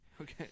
Okay